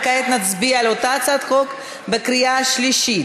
כעת נצביע על אותה הצעת חוק בקריאה שלישית.